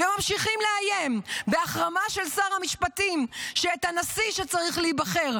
וממשיכים לאיים בהחרמה של שר המשפטים את הנשיא שצריך להיבחר.